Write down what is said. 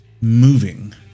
moving